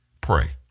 Pray